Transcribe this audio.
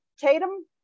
Tatum